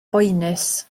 boenus